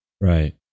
Right